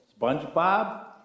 SpongeBob